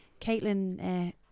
Caitlin